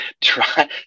try